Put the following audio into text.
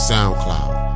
Soundcloud